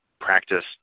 practice